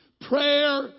prayer